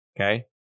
Okay